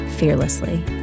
fearlessly